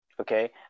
Okay